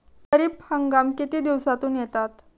खरीप हंगाम किती दिवसातून येतात?